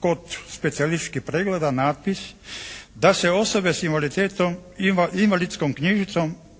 kod specijalističkih pregleda natpis da se osobe s invaliditetom, invalidskom